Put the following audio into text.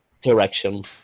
direction